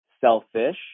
selfish